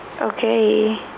okay